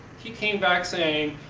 he came back saying,